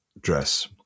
dress